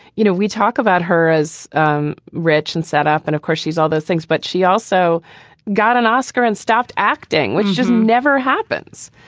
you know, we talk about her as um rich and set up. and of course, she's all those things. but she also got an oscar and stopped acting, which just never happens.